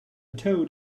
toad